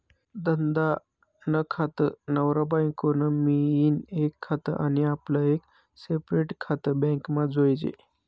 धंदा नं खातं, नवरा बायको नं मियीन एक खातं आनी आपलं एक सेपरेट खातं बॅकमा जोयजे